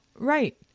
Right